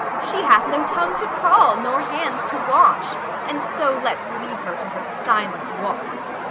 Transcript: she hath no tongue to call, nor hands to wash and so let's leave her to her silent walks.